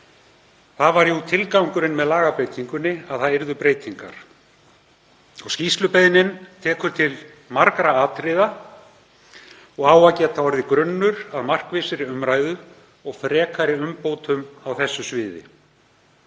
Það var jú tilgangurinn með lagabreytingunni, að það yrðu breytingar. Skýrslubeiðnin tekur til margra atriða og á að geta orðið grunnur að markvissri umræðu og frekari umbótum á þessu sviði.